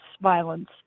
violence